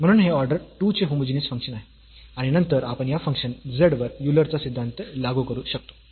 म्हणून हे ऑर्डर 2 चे होमोजीनियस फंक्शन आहे आणि नंतर आपण या फंक्शन z वर युलर चा सिद्धांत लागू करू शकतो